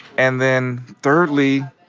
and then, thirdly,